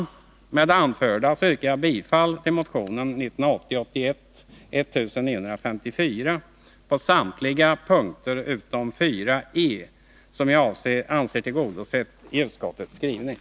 Med det anförda yrkar jag bifall till motionen 1980/81:1954 på samtliga punkter utom 4 e, som jag anser tillgodosedd med utskottets skrivning.